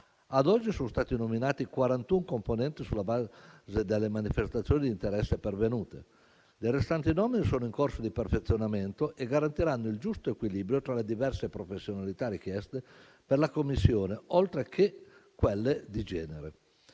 ad oggi sono stati nominati 41 componenti sulla base delle manifestazioni di interesse pervenute; le restanti nomine sono in corso di perfezionamento e garantiranno il giusto equilibrio tra le diverse professionalità richieste per la commissione, oltre che quelle di genere.